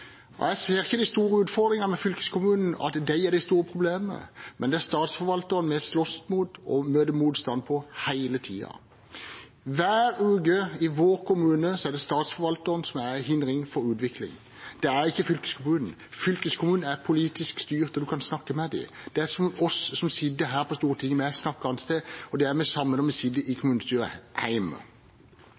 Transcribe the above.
og jeg ser ikke de store utfordringene med fylkeskommunen, at de er det store problemet. Det er Statsforvalteren vi slåss mot og møter motstand fra hele tiden. Hver uke i vår kommune er det Statsforvalteren som er en hindring for utvikling, det er ikke fylkeskommunen. Fylkeskommunen er politisk styrt, og man kan snakke med dem. Det er som oss som sitter her på Stortinget, vi kan snakkes til, og det er det samme når vi sitter i kommunestyret